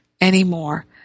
anymore